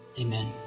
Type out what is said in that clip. amen